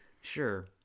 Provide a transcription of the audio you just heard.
sure